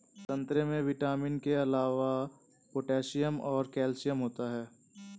संतरे में विटामिन के अलावा पोटैशियम और कैल्शियम होता है